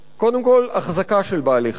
קודם כול, החזקה של בעלי-חיים.